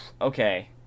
okay